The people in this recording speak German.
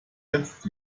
jetzt